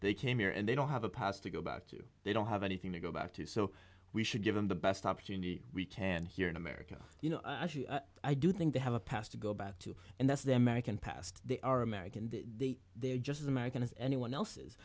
they came here and they don't have a pass to go back to they don't have anything to go back to so we should give them the best opportunity we can here in america you know i do think they have a past to go back to and that's the american past they are american the they're just as american as anyone else's